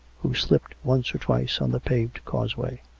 who slijiped once or twice on the paved causeway.